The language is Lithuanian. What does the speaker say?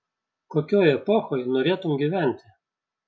kokioj epochoj norėtum gyventi